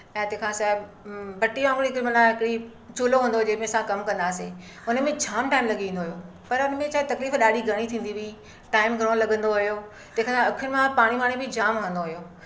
ऐं तंहिंखां सवाइ अ बटीअ वांगुर हिक मना हिकिड़ी चुलो हूंदो हुहो जंहिंमे असां कमु कंदा हुआसीं उनमें जाम टाइम लॻी वेंदो हुयो पर उनमें छा आहे तकलीफ़ ॾाढी घणी थींदी हुई टाइम घणो लॻंदो हुयो तंहिंखां अख़ियुनि मां पाणी वाणी बि जाम ईंदो हुयो